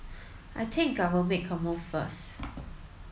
I think I will make a move first